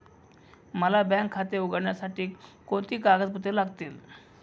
मला बँक खाते उघडण्यासाठी कोणती कागदपत्रे लागतील?